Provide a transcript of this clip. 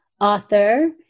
author